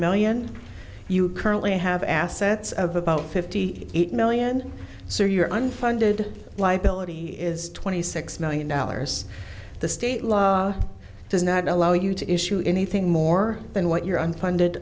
million you currently have assets of about fifty eight million so your unfunded liability is twenty six million dollars the state law does not allow you to issue anything more than what your unfunded